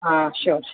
હા sure sure